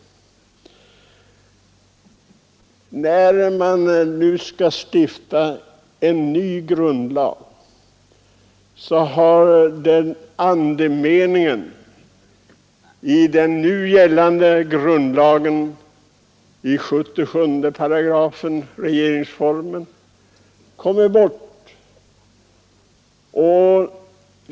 När man nu skall stifta en ny grundlag har andemeningen i den nu gällande grundlagen i 77 8 regeringsformen kommit bort.